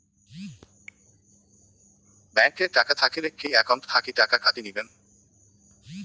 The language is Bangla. ব্যাংক এ টাকা থাকিলে কি একাউন্ট থাকি টাকা কাটি নিবেন?